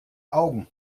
augen